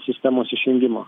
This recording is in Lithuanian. sistemos išjungimo